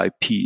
IP